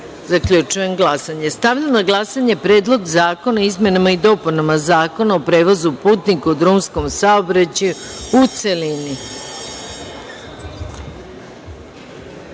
12.Zaključujem glasanje. Stavljam na glasanje Predlog zakona o izmenama i dopunama Zakona o prevozu putnika u drumskom saobraćaju,